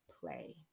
play